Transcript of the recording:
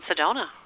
Sedona